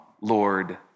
Lord